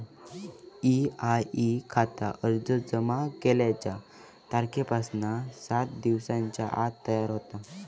EIE खाता अर्ज जमा केल्याच्या तारखेपासना सात दिवसांच्या आत तयार होता